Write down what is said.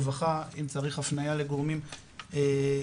רווחה, אם צריך הפנייה לגורמים קהילתיים,